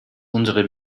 unsere